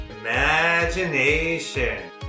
Imagination